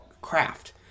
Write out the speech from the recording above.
craft